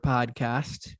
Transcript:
Podcast